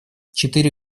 четыре